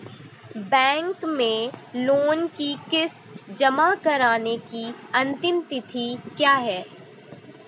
Bank में loan की किश्त जमा कराने की अंतिम तिथि क्या है?